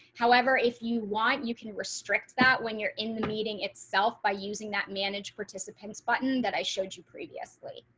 however, if you want you can restrict that when you're in the meeting itself by using that managed participants button that i showed you previously.